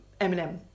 Eminem